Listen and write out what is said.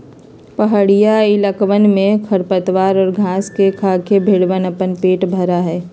पहड़ीया इलाकवन में खरपतवार और घास के खाके भेंड़वन अपन पेट भरा हई